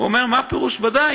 הוא אומר: מה פירוש, ודאי.